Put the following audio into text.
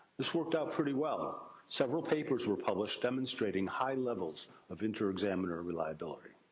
this worked out pretty well. several papers were published demonstrating high levels of inter-examiner reliability.